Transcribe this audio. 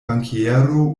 bankiero